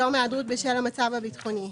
התשל"ו-1975, "יום היעדרות בשל המצב הביטחוני"